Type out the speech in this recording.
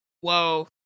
Whoa